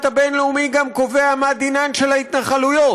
הבין-לאומי גם קובע מה דינן של ההתנחלויות,